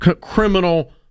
criminal